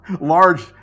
Large